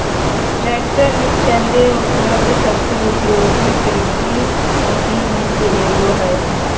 tractor निस्संदेह उपलब्ध सबसे उपयोगी कृषि मशीन में से एगो हइ